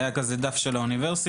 היה כזה דף של האוניברסיטה,